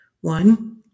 One